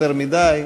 יותר מדי,